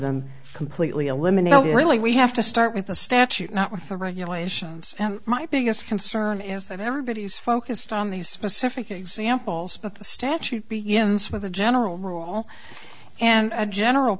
them completely eliminate really we have to start with the statute not with the regulations and my biggest concern is that everybody is focused on these specific examples but the statute begins with a general rule and general